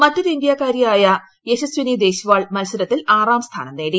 മറ്റൊരു ഇന്ത്യക്കാരിയായ യശസ്വിനി ദേശ്വാൾ മത്സരത്തിൽ ആറാം സ്ഥാനം നേടി